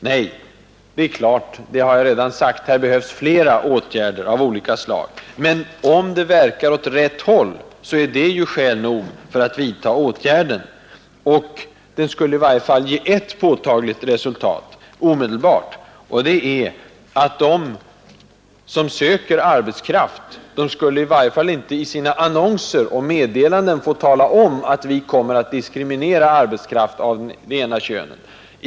Nej, det är klart, det har jag redan sagt. Här behövs fler åtgärder av olika slag. Men om en lagstiftning verkar åt rätt håll är det ju skäl nog för att vidta åtgärden. Den skulle i varje fall ge ett påtagligt resultat omedelbart och det är Nr 138 att de, som söker arbetskraft, inte i sina annonser och meddelanden Fredagen den skulle få tala om att de kommer att diskriminera arbetskraft av det ena 3 december 1971 könet.